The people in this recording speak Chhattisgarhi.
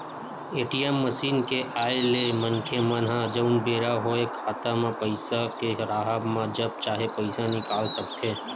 ए.टी.एम मसीन के आय ले मनखे मन ह जउन बेरा होय खाता म पइसा के राहब म जब चाहे पइसा निकाल सकथे